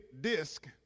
disc